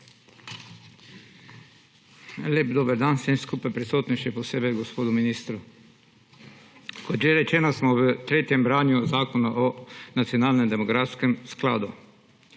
Lep dober dan vsem skupaj, še posebej gospodu ministru. Kot že rečeno, smo v tretjem branju zakona o nacionalnem demografskem skladu.